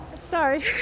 sorry